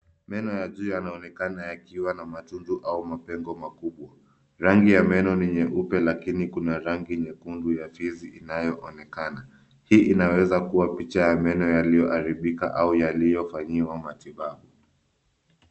Meno ya juu yanaonekana yakiwa na matundu au mapengo makubwa. Rangi ya meno ni nyeupe lakini kuna rangi nyekundu ya fizi inayoonekana. Hii inaweza kuwa picha ya meno yaliyoharibika au yaliyofanyiwa matibabu.